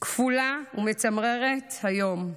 כפולה ומצמררת היום.